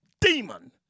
demon